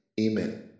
Amen